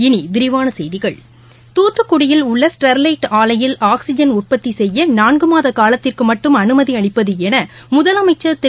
இனி விரிவான செய்திகள் தூத்துக்குடியில் உள்ள ஸ்டெர்லைட் ஆலையில் ஆக்ஸிஜன் உற்பத்தி செய்ய நான்கு மாத காலத்திற்கு மட்டும் அனுமதி அளிப்பது என முதலமைச்சர் திரு